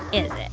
is it?